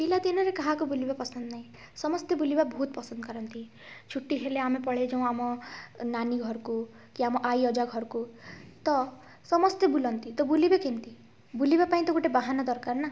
ପିଲାଦିନରେ କାହାକୁ ବୁଲିବା ପସନ୍ଦ ନାଇଁ ସମସ୍ତେ ବୁଲିବା ବହୁତ ପସନ୍ଦ କରନ୍ତି ଛୁଟି ହେଲେ ଆମେ ପଳେଇଯାଉଁ ଆମ ନାନୀ ଘରକୁ କି ଆମ ଆଈ ଅଜା ଘରକୁ ତ ସମସ୍ତେ ବୁଲନ୍ତି ତ ବୁଲିବେ କେମିତି ବୁଲିବାପାଇଁ ତ ଗୋଟେ ବାହାନା ଦରକାର ନା